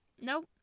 Nope